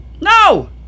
No